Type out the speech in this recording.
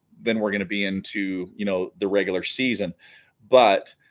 then we're gonna be into you know the regular season but